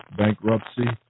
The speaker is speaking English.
bankruptcy